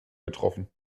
getroffen